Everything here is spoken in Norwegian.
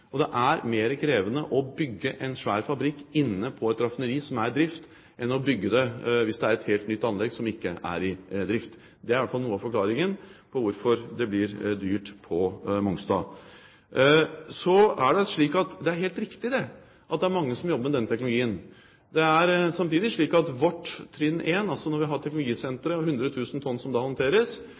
Det er mer krevende å bygge en svær fabrikk inne på et raffineri som er i drift, enn å bygge det på et helt nytt anlegg som ikke er i drift. Det er i hvert fall noe av forklaringen på hvorfor det blir dyrt på Mongstad. Så er det slik at det er helt riktig at det er mange som jobber med denne teknologien. Det er samtidig slik at vårt trinn 1, altså når vi har teknologisenteret og 100 000 tonn som håndteres,